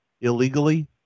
illegally